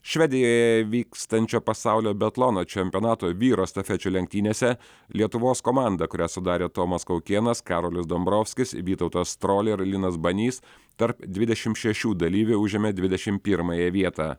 švedijoje vykstančio pasaulio biatlono čempionato vyrų estafečių lenktynėse lietuvos komanda kurią sudarė tomas kaukėnas karolis dombrovskis vytautas strolia ir linas banys tarp dvidešimt šešių dalyvių užėmė dvidešimt pirmąją vietą